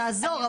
לעזור,